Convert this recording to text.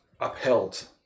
upheld